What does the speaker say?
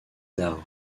dard